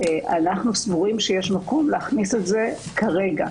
אנו סבורים שיש מקום להכניס את זה כרגע